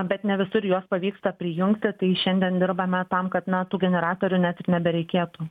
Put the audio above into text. bet ne visur juos pavyksta prijungti tai šiandien dirbame tam kad na tų generatorių net ir nebereikėtų